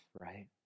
right